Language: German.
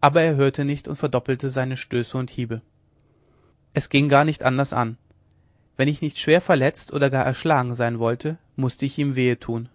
aber er hörte nicht darauf und verdoppelte seine stöße und hiebe es ging gar nicht anders an wenn ich nicht schwer verletzt oder gar erschlagen sein wollte mußte ich ihm wehe tun